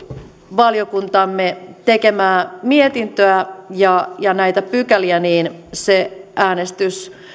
valiokuntamme tekemää mietintöä ja ja näitä pykäliä niin se äänestys